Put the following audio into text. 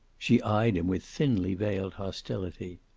she eyed him with thinly veiled hostility.